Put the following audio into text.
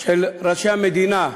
של ראשי המדינה,